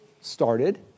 started